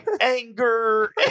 Anger